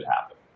happen